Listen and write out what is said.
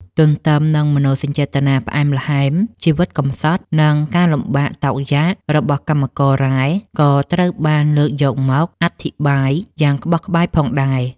ទន្ទឹមនឹងមនោសញ្ចេតនាផ្អែមល្ហែម ជីវិតកំសត់ និងការលំបាកតោកយ៉ាករបស់កម្មកររ៉ែក៏ត្រូវបានលើកយកមកអធិប្បាយយ៉ាងក្បោះក្បាយផងដែរ។